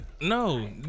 No